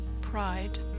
pride